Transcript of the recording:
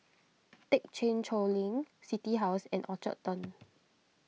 thekchen Choling City House and Orchard Turn